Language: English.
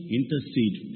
intercede